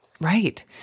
Right